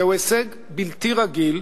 זהו הישג בלתי רגיל,